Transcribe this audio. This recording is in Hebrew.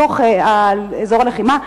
מתוך אזור הלחימה.